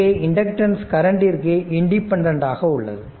இங்கே இண்டக்டன்ஸ் கரண்ட்க்கு இண்டிபெண்டன்ட் ஆக உள்ளது